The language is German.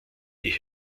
die